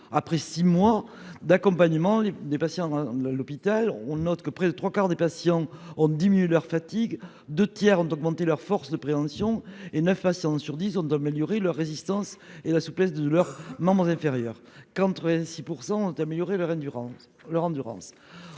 après 6 mois d'accompagnement des patients l'hôpital on note que près des 3 quarts des patients ont diminué leur fatigue 2 tiers ont augmenté leur force de préhension et 9 à 100 sur 10 ont d'améliorer leur résistance et la souplesse de leurs membres inférieurs. 6% d'améliorer leur endurance